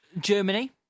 Germany